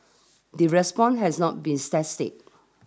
the response has not be static